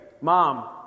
mom